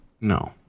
No